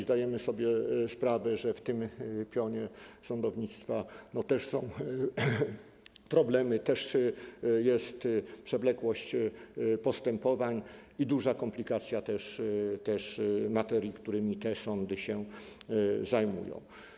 Zdajemy sobie sprawę, że w tym pionie sądownictwa też są problemy, jest też przewlekłość postępowań i duża komplikacja materii, którymi te sądy się zajmują.